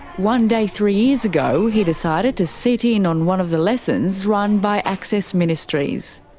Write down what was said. one day, three years ago, he decided to sit in on one of the lessons run by access ministries.